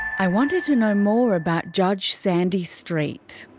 i wanted to know more about judge sandy street.